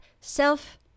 self